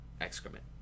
excrement